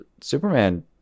superman